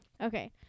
Okay